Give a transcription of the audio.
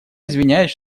извиняюсь